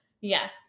Yes